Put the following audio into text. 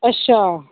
अच्छा